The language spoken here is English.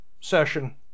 session